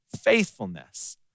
faithfulness